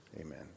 Amen